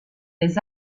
des